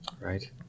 right